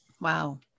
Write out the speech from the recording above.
Wow